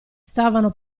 stavano